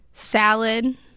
salad